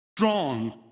strong